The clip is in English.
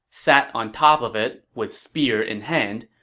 sat on top of it with spear in hand,